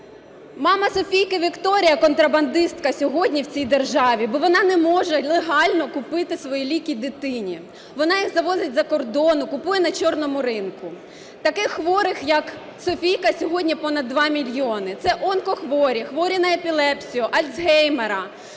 Мама Софійки Вікторія контрабандистка сьогодні в цій державі, бо вона не може легально купити свої ліки дитині. Вона їх завозить з-за кордону, купує на чорному ринку. Таких хворих, як Софійка, сьогодні понад 2 мільйони. Це онкохворі, хворі на епілепсію, Альцгеймера,